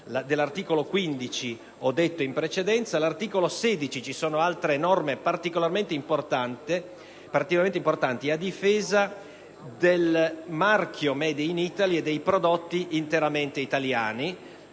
Dell'articolo 15 ho riferito in precedenza. All'articolo 16 ci sono norme particolarmente importanti a difesa del marchio "*made in Italy"* e dei prodotti interamente italiani